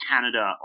Canada